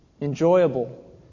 enjoyable